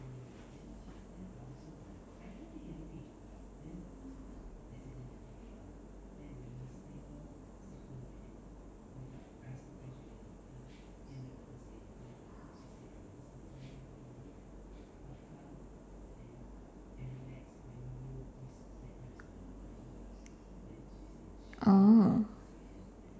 oh